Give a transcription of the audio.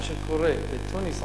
מה שקורה בתוניס,